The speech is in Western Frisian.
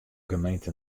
gemeente